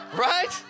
right